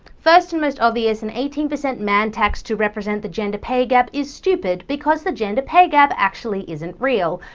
first and most obvious, an eighteen percent man tax to represent the gender pay gap is stupid, because the gender pay gap actually isn't real,